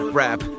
rap